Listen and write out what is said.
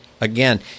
Again